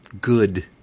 good